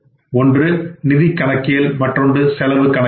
ஒன்று நிதி கணக்கியல் மற்றொன்று செலவு கணக்கியல்